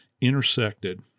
intersected